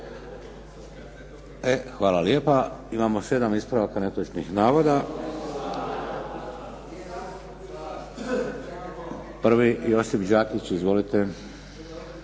Hvala lijepa. Imamo 7 ispravaka netočnih navoda. Prvi Josip Đakić. Izvolite.